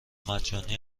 مجانی